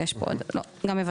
חברת